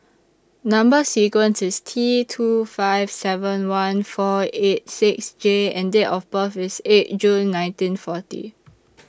Number sequence IS T two five seven one four eight six J and Date of birth IS eight June nineteen forty